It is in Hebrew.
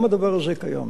גם הדבר הזה קיים.